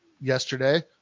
yesterday